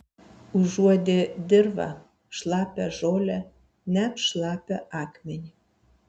užuodė dirvą šlapią žolę net šlapią akmenį